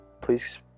please